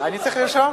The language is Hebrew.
אני צריך לרשום?